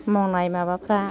मावनाय माबाफ्रा